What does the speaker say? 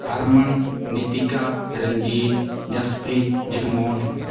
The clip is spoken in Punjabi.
ਹਰਮਨ ਨੀਤੀਕਾ ਰਣਜੀਤ ਜਸਪ੍ਰੀਤ ਜਗਮੋਹਨ